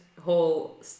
whole